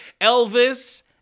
Elvis